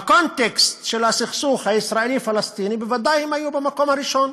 בקונטקסט של הסכסוך הישראלי פלסטיני הם בוודאי היו במקום הראשון.